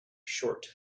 short